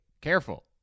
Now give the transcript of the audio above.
careful